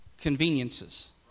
conveniences